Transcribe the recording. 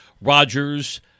Rodgers